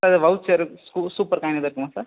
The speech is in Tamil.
சார் எதாவது வவுச்சரு சூ சூப்பர் காயின் எதாவது இருக்குமா சார்